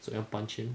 so you want punch him